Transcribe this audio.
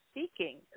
seeking